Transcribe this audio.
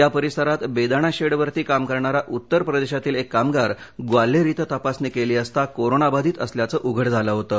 या परिसरात बेदाणा शेडवरती काम करणारा उत्तर प्रदेशातील एक कामगार ग्वाल्हेर इथे तपासणी केली असता कोरोनाबाधित असल्याचं उघड झालं होतं